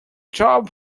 job